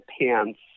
pants